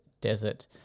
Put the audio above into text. desert